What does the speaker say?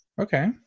Okay